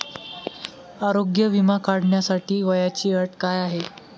आरोग्य विमा काढण्यासाठी वयाची अट काय आहे?